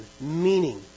meaning